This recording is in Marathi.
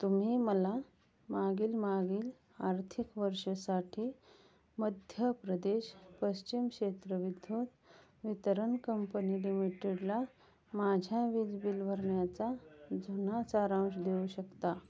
तुम्ही मला मागील मागील आर्थिक वर्षासाठी मध्य प्रदेश पश्चिम क्षेत्र विद्युत वितरण कंपनी लिमिटेडला माझ्या वीज बिल भरण्याचा जुना सारांश देऊ शकता